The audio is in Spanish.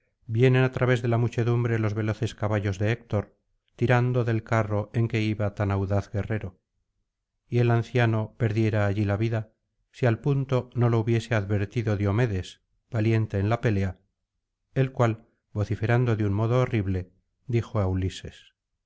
vienen á través de la muchedumbre los veloces caballos de héctor tirando del carro en que iba tan audaz guerrero y el anciano perdiera allí la vida si al punto no lo hubiese advertido diomedes valiente en la pelea el cual vociferando de un modo horrible dijo á ulises